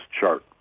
chart